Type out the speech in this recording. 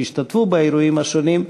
שהשתתפו באירועים השונים,